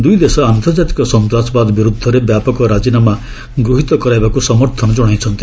ଦୁଇଦେଶ ଆନ୍ତର୍ଜାତିକ ସନ୍ତାସବାଦ ବିରୁଦ୍ଧରେ ବ୍ୟାପକ ରାଜିନାମା ଗୃହୀତ କରାଇବାକୁ ସମର୍ଥନ ଜଣାଇଛନ୍ତି